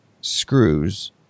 screws